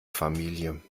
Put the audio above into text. familie